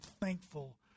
thankful